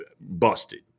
busted